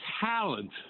talent